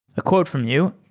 a quote from you,